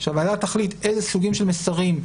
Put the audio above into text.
שהוועדה תחליט איזה סוגים של מסרים,